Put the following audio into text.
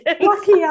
Lucky